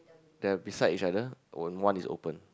they are beside each other or one is open